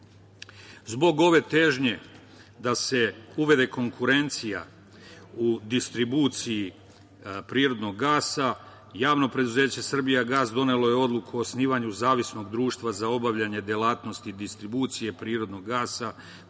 5%.Zbog ove težnje da se uvede konkurencija u distribuciji prirodnog gasa Javno preduzeće „Srbijagas“ donelo je odluku o osnivanju zavisnog društva za obavljanje delatnosti distribucije prirodnog gasa,